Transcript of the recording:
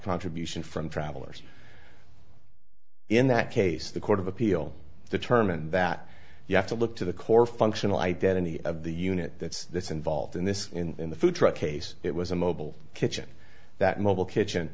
contribution from travelers in that case the court of appeal determined that you have to look to the core functional identity of the unit that's this involved in this in the food truck case it was a mobile kitchen that mobile kitchen